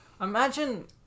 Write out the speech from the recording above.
imagine